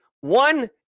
One